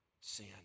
sin